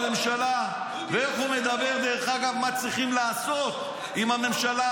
על הממשלה ומה צריכים לעשות אם הממשלה